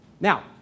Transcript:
Now